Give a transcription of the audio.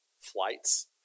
flights